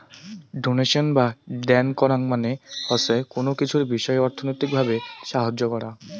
donation বা দেন করাং মানে হসে কুনো কিছুর বিষয় অর্থনৈতিক ভাবে সাহায্য করাং